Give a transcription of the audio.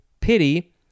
pity